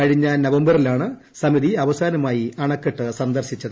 കഴിഞ്ഞ നവംബറിലാണ് സമിതി അവസാനമായി അണക്കെട്ട് സന്ദർശിച്ചത്